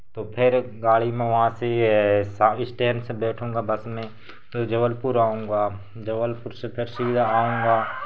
तो फिर गाड़ी में वहाँ से ये स्टेंड से बैठूँगा बस में तो जबलपुर आऊँगा जबलपुर से फिर सीधा आऊँगा